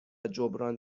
جبران